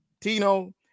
Tino